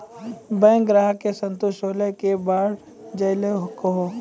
Bank ग्राहक के संतुष्ट होयिल के बढ़ जायल कहो?